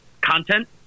content